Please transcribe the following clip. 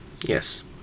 yes